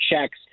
checks